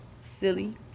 Silly